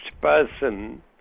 person